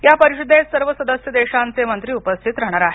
या परिषदेत सर्व सदस्य देशांचे मंत्री उपस्थित राहणार आहेत